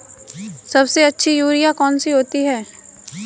सबसे अच्छी यूरिया कौन सी होती है?